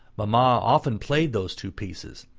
mamma often played those two pieces,